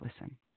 listen